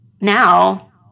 now